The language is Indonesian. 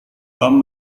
tom